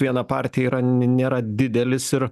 vieną partiją yra nėra didelis ir